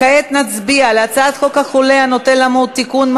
כעת נצביע על הצעת חוק החולה הנוטה למות (תיקון,